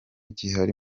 gihari